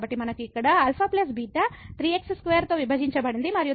కాబట్టి మనకు ఇక్కడ α β 3 x2 తో విభజించబడింది మరియు తరువాత x → 0